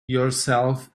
yourself